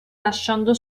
lasciando